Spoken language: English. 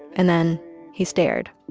and then he stared.